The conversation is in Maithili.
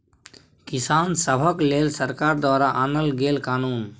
किसान सभक लेल सरकार द्वारा आनल गेल कानुन